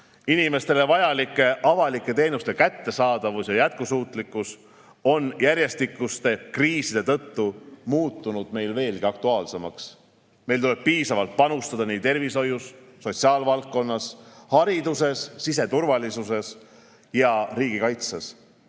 haridust. Inimestele vajalike avalike teenuste kättesaadavus ja jätkusuutlikkus on järjestikuste kriiside tõttu muutunud veelgi aktuaalsemaks. Meil tuleb piisavalt panustada nii tervishoidu, sotsiaalvaldkonda, haridusse kui ka siseturvalisusse ja riigikaitsesse.